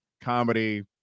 comedy